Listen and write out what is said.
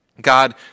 God